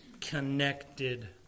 connected